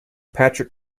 patrick